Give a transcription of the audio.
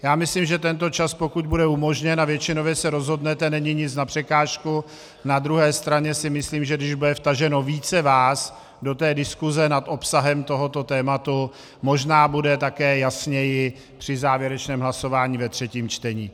Já si myslím, že tento čas, pokud bude umožněn a většinově se rozhodnete, není nic na překážku, na druhé straně si myslím, že když bude vtaženo více vás do té diskuse nad obsahem tohoto tématu, možná bude také jasněji při závěrečném hlasování ve třetím čtení.